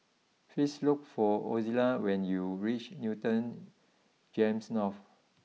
please look for Ozella when you reach Newton Gems North